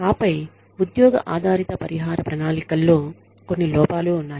ఆపై ఉద్యోగ ఆధారిత పరిహార ప్రణాళికల్లో కొన్ని లోపాలు ఉన్నాయి